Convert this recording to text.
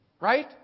right